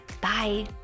Bye